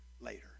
later